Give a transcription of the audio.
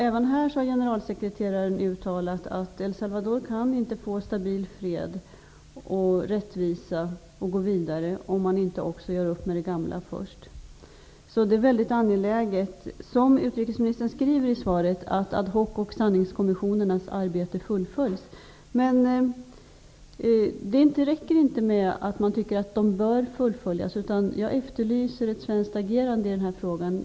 Även här har generalsekreteraren uttalat att El Salvador inte kan gå vidare och få en stabil fred och rättvisa om man inte först gör upp med det gamla. Som utrikesministern skriver i svaret är det mycket angeläget att ad hoc-kommissionens och sannningskommissionens arbete fullföljs. Men det räcker inte med att regeringen anser att de bör fullföljas. Jag efterlyser ett svenskt agerande i frågan.